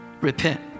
Repent